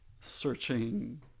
searching